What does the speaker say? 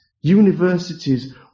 Universities